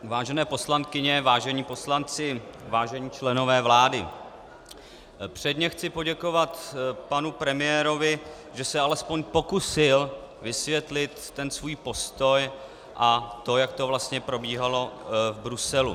Vážené poslankyně, vážení poslanci, vážení členové vlády, předně chci poděkovat panu premiérovi, že se alespoň pokusil vysvětlit svůj postoj a to, jak to vlastně probíhalo v Bruselu.